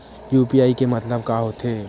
UPI के मतलब का होथे?